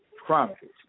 Chronicles